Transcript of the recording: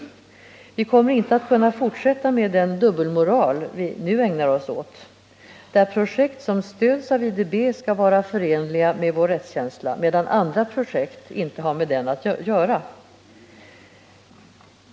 Vi kommer inte att kunna fortsätta med den dubbelmoral vi nu ägnar oss åt, där projekt som stöds av IDB skall vara förenliga med vår rättskänsla, medan andra projekt inte har med den att göra.